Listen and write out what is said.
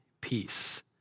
peace